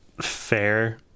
fair